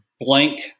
blank